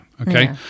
okay